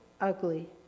ugly